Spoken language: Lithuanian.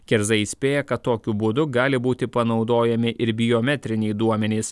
kerza įspėja kad tokiu būdu gali būti panaudojami ir biometriniai duomenys